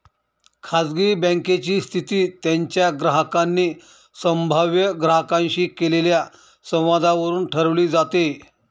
खाजगी बँकेची स्थिती त्यांच्या ग्राहकांनी संभाव्य ग्राहकांशी केलेल्या संवादावरून ठरवली जाते